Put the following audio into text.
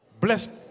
Blessed